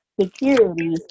security